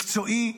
מקצועי,